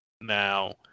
now